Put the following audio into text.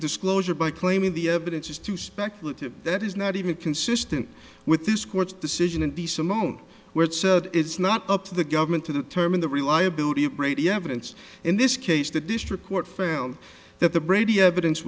disclosure by claiming the evidence is too speculative that is not even consistent with this court's decision and the simone where it said it's not up to the government to determine the reliability of brady evidence in this case the district court felt that the brady evidence